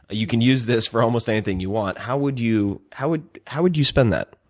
ah you can use this for almost anything you want. how would you how would how would you spend that?